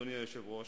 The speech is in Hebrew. אדוני היושב-ראש,